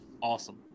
awesome